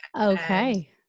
Okay